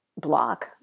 block